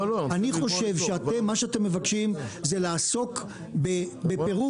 אני חושב שמה שאתם מבקשים זה לעסוק בפירוק,